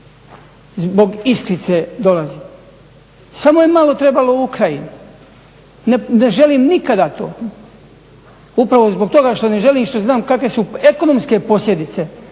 zbog iskrice dolaze. Samo je malo trebalo u Ukrajini, ne želim nikada to upravo zbog toga što ne želim što znam kakve su ekonomske posljedice